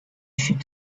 should